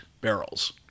barrels